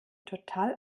total